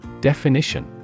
Definition